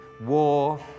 war